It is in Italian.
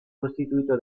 costituito